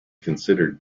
considered